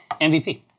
MVP